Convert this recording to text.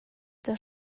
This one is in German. der